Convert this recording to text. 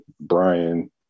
Brian